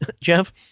Jeff